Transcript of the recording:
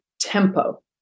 tempo